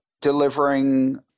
delivering